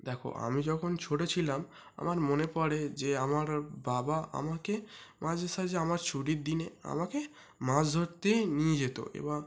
দেখ আমি যখন ছোট ছিলাম আমার মনে পড়ে যে আমার বাবা আমাকে মাঝে সাঝে আমার ছুটির দিনে আমাকে মাছ ধরতে নিয়ে যেত এবং